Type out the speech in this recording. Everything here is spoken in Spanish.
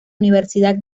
universidad